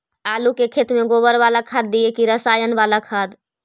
आलू के खेत में गोबर बाला खाद दियै की रसायन बाला खाद?